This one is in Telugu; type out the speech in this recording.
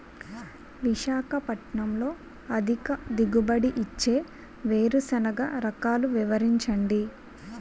విశాఖపట్నంలో అధిక దిగుబడి ఇచ్చే వేరుసెనగ రకాలు వివరించండి?